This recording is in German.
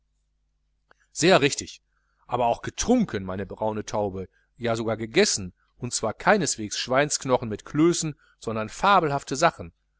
sehr richtig aber auch getrunken meine braune taube ja sogar gegessen und zwar keineswegs schweinsknochen mit klößen sondern fabelhafte sachen